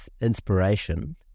inspiration